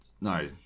No